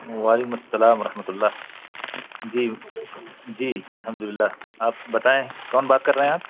وعلیکم السّلام ورحمۃُ اللّہ جی جی الحمداللّہ آپ بتائیں کون بات کر رہے ہیں آپ